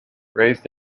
raised